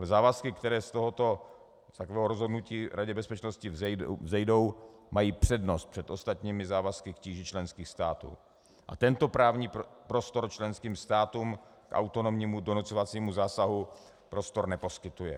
Závazky, které z tohoto rozhodnutí Radě bezpečnosti vzejdou, mají přednost před ostatními závazky k tíži členských států a tento právní prostor členským státům k autonomnímu donucovacímu zásahu prostor neposkytuje.